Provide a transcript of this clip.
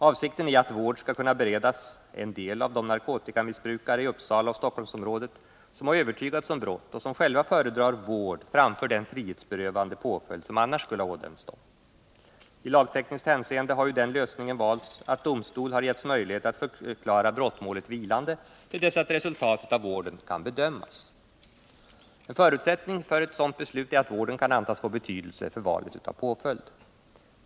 Avsikten är att vård skall kunna beredas en del av de narkotikamissbrukare i Uppsala och Stockholmsområdet som har övertygats om brott och som själva föredrar vård framför den frihetsberövande påföljd som annars skulle ha ådömts dem. I lagtekniskt hänseende har ju den lösningen valts att domstol har getts möjlighet att förklara brottmålet vilande till dess att resultatet av vården kan bedömas. En förutsättning för ett sådant beslut är att vården kan antas få betydelse för valet av påföljd.